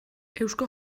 eusko